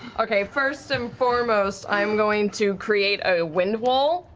okay, first and foremost i'm going to create a windwall,